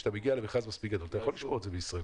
כשאתה מגיע למכרז מספיק גדול אתה יכול לשמור את זה בישראל.